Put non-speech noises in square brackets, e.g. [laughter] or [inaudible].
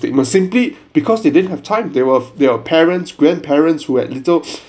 it must simply because they didn't have time they were they were parents grandparents who had little [breath]